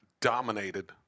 dominated